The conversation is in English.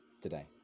today